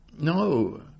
no